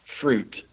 fruit